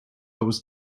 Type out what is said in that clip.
was